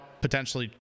potentially